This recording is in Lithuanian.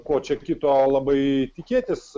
ko čia kito labai tikėtis